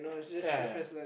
ya ya